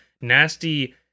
nasty